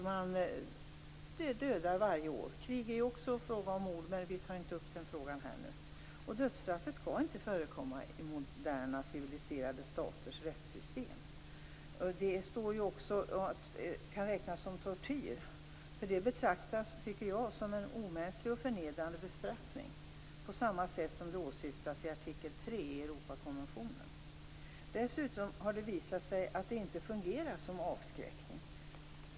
Man dödar varje år. Krig är ju också en fråga om mord, men vi tar inte upp den frågan här. Dödsstraffet skall inte förekomma i moderna civiliserade staters rättssystem. Det kan ju också räknas som tortyr. Jag tycker att det kan betraktas som en omänsklig och förnedrande bestraffning på det sätt som åsyftas i artikel 3 i Europakonventionen. Dessutom har det visat sig att det inte fungerar i avskräckande syfte.